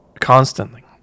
constantly